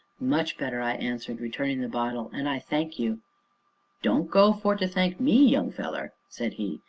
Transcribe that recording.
much better, i answered, returning the bottle, and i thank you don't go for to thank me, young feller, said he,